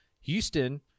Houston